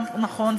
כך נכון,